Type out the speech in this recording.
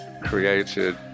created